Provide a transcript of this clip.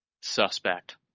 suspect